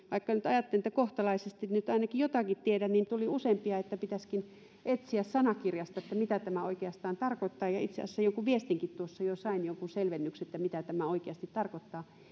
vaikka nyt ajattelen että kohtalaisesti nyt ainakin jotakin tiedän niin ainakin minulle tuli useampia että pitäisikin etsiä sanakirjasta mitä tämä oikeastaan tarkoittaa itse asiassa jonkun viestinkin tuossa jo sain jonkun selvennyksen että mitä tämä oikeasti tarkoittaa